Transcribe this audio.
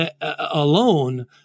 alone